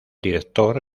director